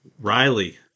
Riley